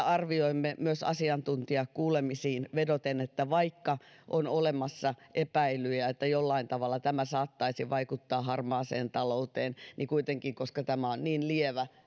arvioimme myös asiantuntijakuulemisiin vedoten että vaikka on olemassa epäilyjä että tämä saattaisi jollain tavalla vaikuttaa harmaaseen talouteen me kuitenkin johtopäätöksenä toteamme että koska tämä on niin lievää